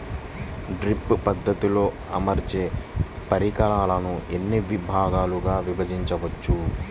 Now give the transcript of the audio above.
Drip పద్ధతిలో అమర్చే పరికరాలను ఎన్ని భాగాలుగా విభజించవచ్చు?